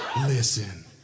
Listen